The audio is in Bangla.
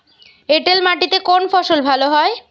এঁটেল মাটিতে কোন ফসল ভালো হয়?